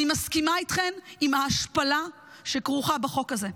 אני מסכימה איתכן על ההשפלה שכרוכה בחוק הזה.